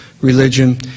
religion